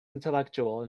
intellectual